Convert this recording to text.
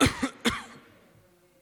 עכשיו אני